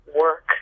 work